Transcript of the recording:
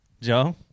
Joe